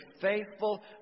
faithful